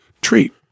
treat